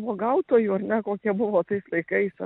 uogautojų ar ne kokie buvo tais laikais